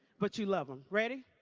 but you love them. ready?